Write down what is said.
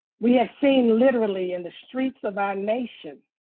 we have seen literally in the streets of our nation